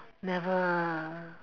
never